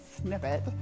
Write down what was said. snippet